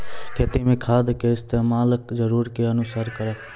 खेती मे खाद के इस्तेमाल जरूरत के अनुसार करऽ